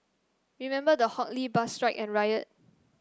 remember the Hock Lee bus strike and riot